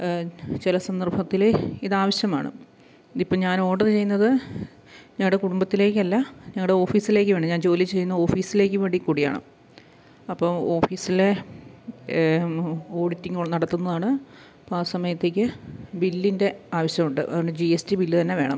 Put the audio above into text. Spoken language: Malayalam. ചില സന്ദർഭത്തില് ഇതാവശ്യമാണ് ഇതിപ്പോള് ഞാൻ ഓഡർ ചെയ്യുന്നത് ഞങ്ങളുടെ കുടുംബത്തിലേക്കല്ല ഞങ്ങളുടെ ഓഫീസിലേക്ക് വേണ് ഞാൻ ജോലി ചെയ്യുന്ന ഓഫീസിലേക്ക് വേണ്ടി കൂടിയാണ് അപ്പോള് ഓഫീസിലെ ഓഡിറ്റിങ് നടത്തുന്നതാണ് അപ്പോള് ആ സമയത്തേക്ക് ബില്ലിൻ്റെ ആവശ്യമുണ്ട് അതുകൊണ്ട് ജി എസ് ടി ബില്ല് തന്നെ വേണം